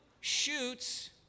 shoots